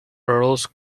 earls